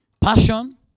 Passion